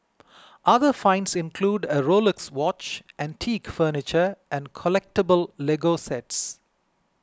other finds include a Rolex watch antique furniture and collectable Lego sets